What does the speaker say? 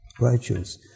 righteous